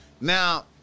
Now